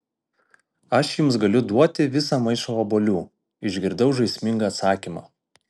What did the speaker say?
aš jums galiu duoti visą maišą obuolių išgirdau žaismingą atsakymą